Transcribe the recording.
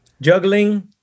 Juggling